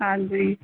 ਹਾਂਜੀ